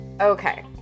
Okay